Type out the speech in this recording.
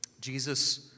Jesus